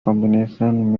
combination